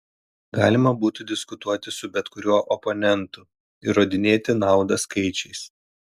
galima būtų diskutuoti su bet kuriuo oponentu įrodinėti naudą skaičiais